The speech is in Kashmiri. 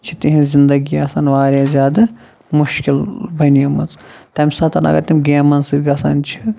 چھِ تِہنٛد زِندگی آسان واریاہ زیادٕ مُشکِل بَنیمٕژ تَمہِ ساتہٕ اگر تِم گیمن سۭتۍ گَژھان چھِ